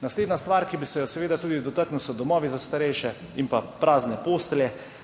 Naslednja stvar, ki bi se jo seveda tudi dotaknil, so domovi za starejše in pa prazne postelje.